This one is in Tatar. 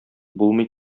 булмый